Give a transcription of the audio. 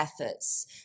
efforts